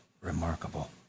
Remarkable